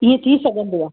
हीअं थी सघंदो आहे